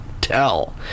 tell